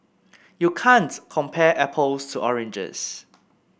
you can't compare apples to oranges